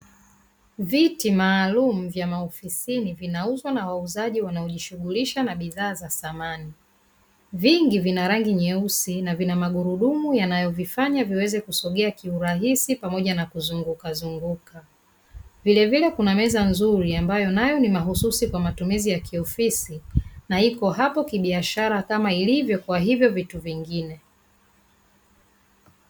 Viti maalumu vya maofisini vinauzwa na wauzaji wanaojishughulisha na bidhaa za samani. Vingi vina rangi nyeusi na vina magurudumu yanayovifanya viweze kusogea kiurahisi pamoja na kuzungukazunguka. Vilevile kuna meza nzuri ambayo nayo ni mahususi kwa matumizi ya kiofisi na iko hapo kibiashara kama ilivyo kwa hivyo vitu vingine.